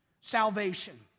Salvation